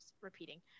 repeating